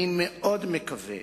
אני מקווה